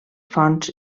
fonts